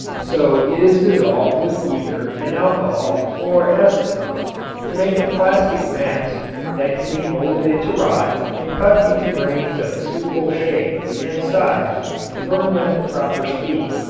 so it is dissolved with ether and alcohol or acetone to make a plastic mass that can be molded into rods and cut into grains of suitable shape and size to burn at the proper speed.